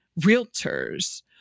realtors